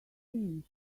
seen